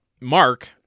Mark